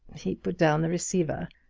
he put down the receiver.